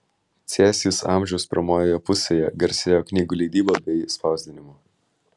cėsys amžiaus pirmoje pusėje garsėjo knygų leidyba bei spausdinimu